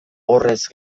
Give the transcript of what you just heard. horrez